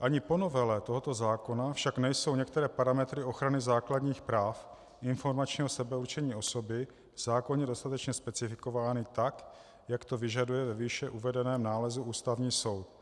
Ani po novele tohoto zákona však nejsou některé parametry ochrany základních práv informačního sebeurčení osoby v zákoně dostatečně specifikovány tak, jak to vyžaduje ve výše uvedeném nálezu Ústavní soud.